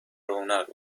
رونق